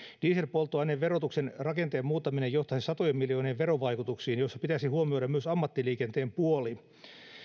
dieselpolttoaineen verotuksen rakenteen muuttaminen johtaisi satojen miljoonien verovaikutuksiin joissa pitäisi huomioida myös ammattiliikenteen puoli